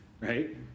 right